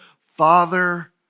Father